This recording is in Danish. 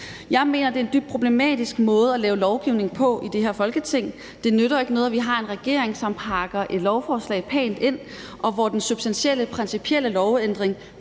Jeg mener, det er en dybt problematisk måde at lave lovgivning på i det her Folketing. Det nytter jo ikke noget, at vi har en regering, som pakker et lovforslag pænt ind, og hvor den substantielle, principielle lovændring